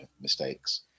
mistakes